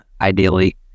ideally